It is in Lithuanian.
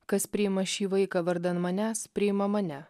kas priima šį vaiką vardan manęs priima mane